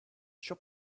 shop